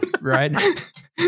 right